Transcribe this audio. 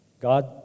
God